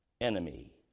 enemy